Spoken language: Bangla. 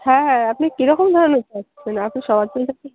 হ্যাঁ হ্যাঁ আপনি কীরকম ধরনের জুতো চাইছেন আপনি সবার জন্য